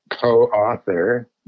co-author